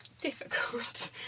difficult